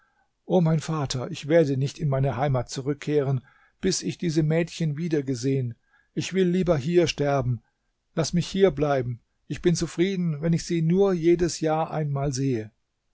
o mein vater ich werde nicht in meine heimat zurückkehren bis ich diese mädchen wieder gesehen ich will lieber hier sterben laß mich hier bleiben ich bin zufrieden wenn ich sie nur jedes jahr einmal sehe